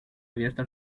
abierto